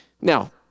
Now